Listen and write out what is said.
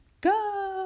go